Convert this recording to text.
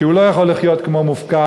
כי הוא לא יכול לחיות כמו מופקר,